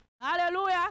Hallelujah